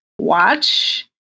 watch